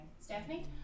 Stephanie